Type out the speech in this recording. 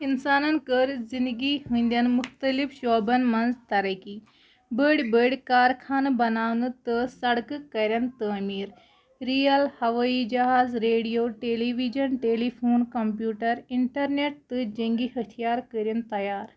اِنسانَن کٔر زِندگی ہٕنٛدٮ۪ن مختلف شعبَن منٛز تَرَقی بٔڈۍ بٔڈۍ کارخانہٕ بَناونہٕ تہٕ سڑکہٕ کَرٮ۪ن تعامیٖر ریل ہَوٲیی جہاز radio television telephone computer internet تہٕ جنگی ہتھیار کٔرِنۍ تیار